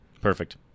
Perfect